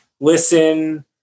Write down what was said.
listen